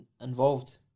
involved